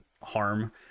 harm